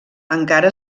encara